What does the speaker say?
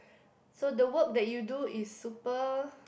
so the work that you do is super